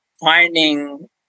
finding